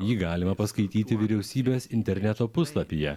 jį galima paskaityti vyriausybės interneto puslapyje